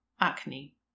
acne